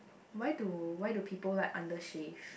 why do why do people like under shave